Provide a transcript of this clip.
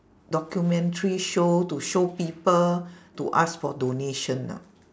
documentary show to show people to ask for donation know